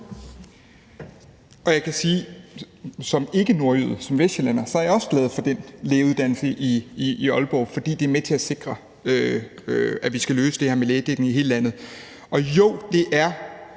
Jeg kan sige, at jeg som ikkenordjyde, men som vestsjællænder også er glad for den lægeuddannelse i Aalborg, for den er med til at sikre, at vi kan løse det her med lægedækning i hele landet. Jeg ved ikke,